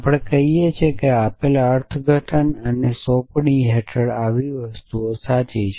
આપણે કહીએ છીએ કે આપેલ અર્થઘટન અને સોંપણી હેઠળ આવી વસ્તુ સાચી છે